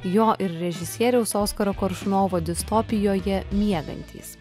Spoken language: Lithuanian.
jo ir režisieriaus oskaro koršunovo distopijoje miegantys